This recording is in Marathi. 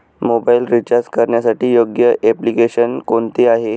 मोबाईल रिचार्ज करण्यासाठी योग्य एप्लिकेशन कोणते आहे?